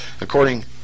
According